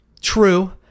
true